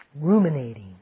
ruminating